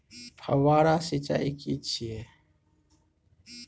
फव्वारा सिंचाई की छिये?